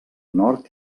nord